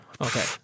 Okay